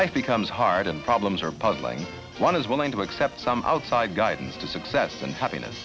life becomes hard and problems are puzzling one is willing to accept some outside guidance to success and happiness